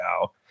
now